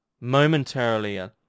momentarily